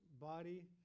body